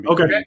Okay